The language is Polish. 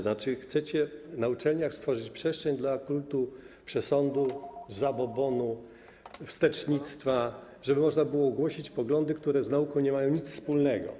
Znaczy, chcecie na uczelniach stworzyć przestrzeń dla kultu, przesądu, zabobonu, wstecznictwa, żeby można było głosić poglądy, które z nauką nie mają nic wspólnego.